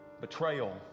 betrayal